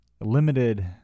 limited